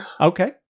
okay